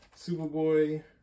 Superboy